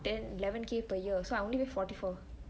ten eleven K per year so I only pay forty four